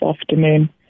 afternoon